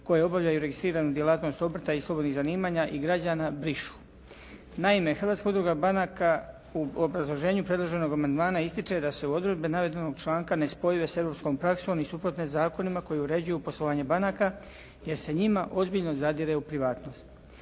koje obavljaju registriranu djelatnost obrta i slobodnih zanimanja i građana brišu. Naime, Hrvatska udruga banaka u obrazloženju predloženog amandmana ističe da su odredbe navedenog članka nespojive s europskom praksom i suprotne zakonima koji uređuju poslovanje banaka jer se njima ozbiljno zadire u privatnost.